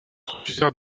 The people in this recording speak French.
refusèrent